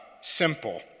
simple